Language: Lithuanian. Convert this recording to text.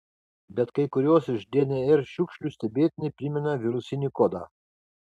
bet kai kurios iš dnr šiukšlių stebėtinai primena virusinį kodą